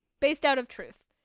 based out of truth.